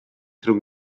rhwng